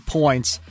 points